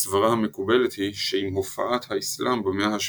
הסברה המקובלת היא שעם הופעת האסלאם במאה ה־7,